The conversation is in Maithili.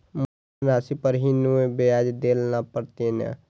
मुलधन राशि पर ही नै ब्याज दै लै परतें ने?